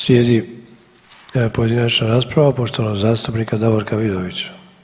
Slijedi pojedinačna rasprava poštovanog zastupnika Davorka Vidovića.